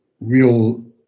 real